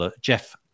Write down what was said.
Jeff